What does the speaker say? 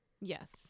Yes